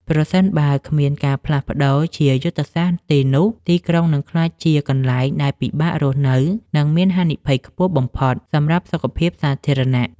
ប្រសិនបើគ្មានការផ្លាស់ប្តូរជាយុទ្ធសាស្ត្រទេនោះ ទីក្រុងនឹងក្លាយជាកន្លែងដែលពិបាករស់នៅ និងមានហានិភ័យខ្ពស់បំផុតសម្រាប់សុខភាពសាធារណៈ។